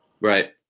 right